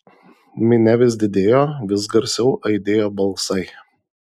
minia vis didėjo vis garsiau aidėjo balsai